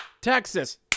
Texas